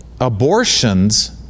abortions